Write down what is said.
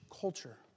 culture